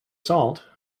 salt